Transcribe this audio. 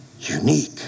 Unique